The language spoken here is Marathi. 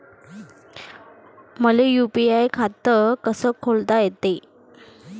मले यू.पी.आय खातं कस खोलता येते?